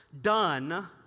done